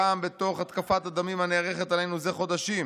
גם בתוך התקפת-הדמים הנערכת עלינו זה חדשים,